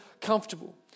comfortable